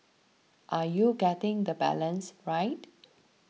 are you getting the balance right